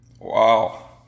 Wow